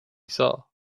saw